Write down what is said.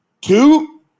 Two